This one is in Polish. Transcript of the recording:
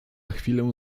chwilę